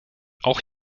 auch